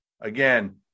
Again